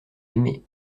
aimées